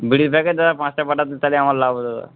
বিড়ির প্যাকেট দাদা পাঁচটা পাঠাতে তাহলে আমার লাভ হবে দাদা